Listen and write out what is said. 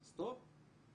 סטופ,